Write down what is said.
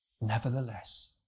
nevertheless